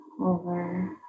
over